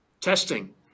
testing